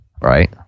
Right